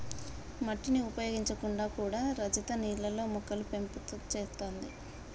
మట్టిని ఉపయోగించకుండా కూడా రజిత నీళ్లల్లో మొక్కలు పెంపు చేత్తాంది